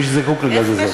מי שזקוק לגז הזה.